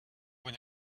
vous